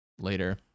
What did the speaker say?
later